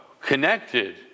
connected